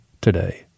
Today